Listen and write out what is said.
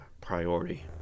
priority